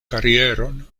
karieron